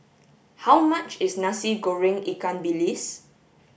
how much is Nasi Goreng Ikan Bilis